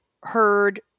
heard